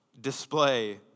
display